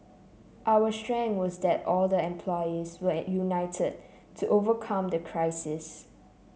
our strength was that all the employees were united to overcome the crisis